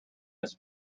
his